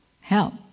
Help